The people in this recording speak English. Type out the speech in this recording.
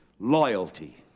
Loyalty